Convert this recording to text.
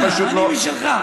אני משלך.